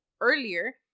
earlier